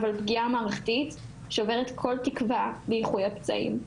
אבל פגיעה מערכתית שוברת כל תקווה לאיחוי על הפצעים,